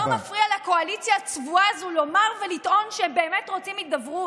זה לא מפריע לקואליציה הצבועה הזאת לומר ולטעון שהם באמת רוצים הידברות.